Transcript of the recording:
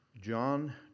John